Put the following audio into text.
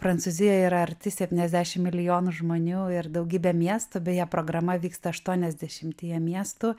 prancūzijoj yra arti septyniasdešim milijonų žmonių ir daugybė miestų beje programa vyksta aštuoniasdešimtyje miestų